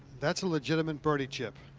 that's a legitimate birdie chip.